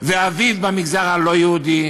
ואביב במגזר הלא-יהודי.